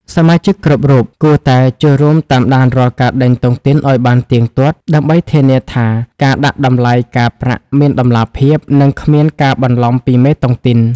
សមាជិកគ្រប់រូបគួរតែចូលរួមតាមដានរាល់ការដេញតុងទីនឱ្យបានទៀងទាត់ ដើម្បីធានាថាការដាក់តម្លៃការប្រាក់មានតម្លាភាព និងគ្មានការបន្លំពីមេតុងទីន។